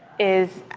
is.